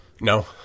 No